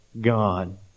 God